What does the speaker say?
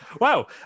wow